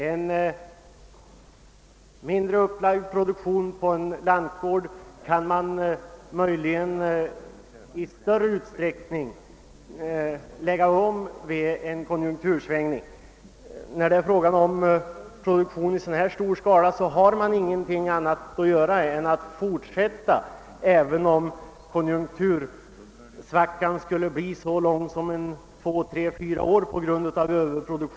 En produktion i mindre skala på en lantgård är lättare att lägga om vid en konjunktursvängning, men en produktion i mycket stor skala måste man fortsätta med även om konjunktursvackan på grund av överproduktion inom området kommer att sträcka sig över tre—fyra år. Och under den tiden hinner det stora företaget att gå omkull.